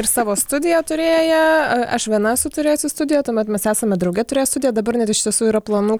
ir savo studiją turėję aš viena esu turėjusi studiją tuomet mes esame drauge turėję studiją dabar iš tiesų yra planų